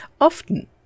Often